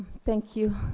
thank you.